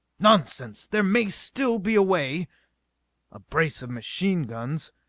nonsense! there may still be a way a brace of machine-guns.